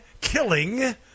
killing